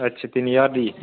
अच्छा तीन ज्हार दी